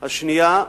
השנייה,